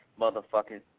motherfucking